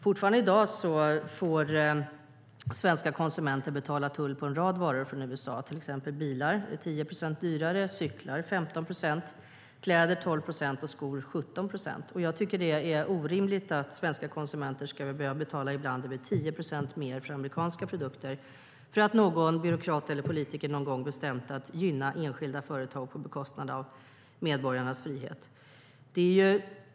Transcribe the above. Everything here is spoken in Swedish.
Fortfarande i dag får svenska konsumenter betala tull på en rad varor från USA, till exempel bilar som är 10 procent dyrare, cyklar 15 procent, kläder 12 procent och skor 17 procent. Jag tycker att det är orimligt att svenska konsumenter ska behöva betala ibland över 10 procent mer för amerikanska produkter för att någon byråkrat eller politiker någon gång beslutat att gynna enskilda företag på bekostnad av medborgarnas frihet.